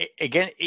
again